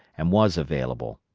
and was available.